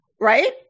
Right